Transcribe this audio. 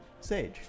Sage